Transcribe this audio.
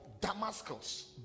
damascus